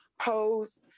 posed